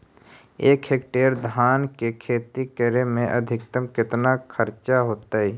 एक हेक्टेयर धान के खेती करे में अधिकतम केतना खर्चा होतइ?